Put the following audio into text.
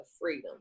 freedom